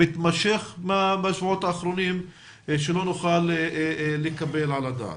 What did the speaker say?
מתמשך בשבועות האחרונים, שלא נוכל לקבל על הדעת.